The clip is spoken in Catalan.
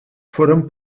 foren